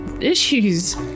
issues